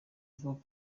avuga